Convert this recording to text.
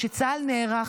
כשצה"ל נערך,